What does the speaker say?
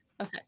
Okay